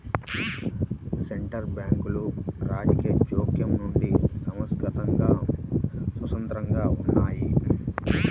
central బ్యాంకులు రాజకీయ జోక్యం నుండి సంస్థాగతంగా స్వతంత్రంగా ఉన్నయ్యి